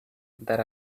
that